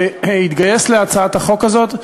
התגייס להצעת החוק הזאת.